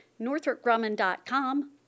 northropgrumman.com